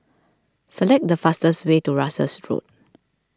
select the fastest way to Russels Road